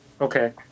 Okay